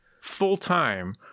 full-time